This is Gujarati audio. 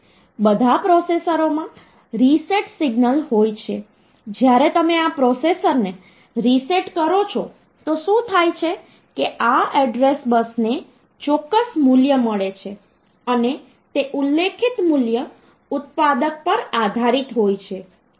બધા પ્રોસેસરોમાં રીસેટ સિગ્નલ હોય છે જ્યારે તમે આ પ્રોસેસરને રીસેટ કરો છો તો શું થાય છે કે આ એડ્રેસ બસને ચોક્કસ મૂલ્ય મળે છે અને તે ઉલ્લેખિત મૂલ્ય ઉત્પાદક પર આધારિત હોય છે